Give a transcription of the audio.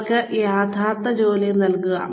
അവർക്ക് യഥാർത്ഥ ജോലികൾ നൽകുക